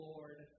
Lord